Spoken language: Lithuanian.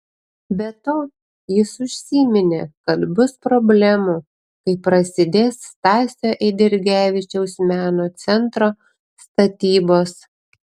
be to jis užsiminė kad bus problemų kai prasidės stasio eidrigevičiaus meno centro statybos